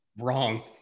Wrong